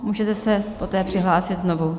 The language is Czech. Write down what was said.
Můžete se poté přihlásit znovu.